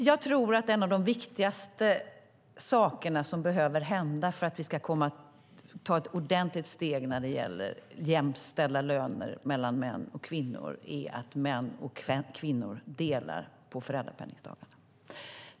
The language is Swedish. Herr talman! Jag tror att en av de viktigaste sakerna som behöver hända, för att vi ska ta ordentligt steg när det gäller jämställda löner mellan män och kvinnor, är att män och kvinnor delar på föräldrapenningdagarna.